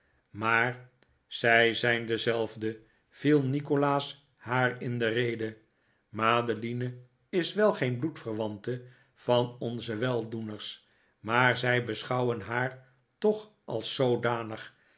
maar zij zijn dezelfde viel nikolaas haar in de rede madeline is wel geen bloedverwante van onze weldoeriers maar zij beschouwen haar toch als zoodanig